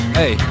hey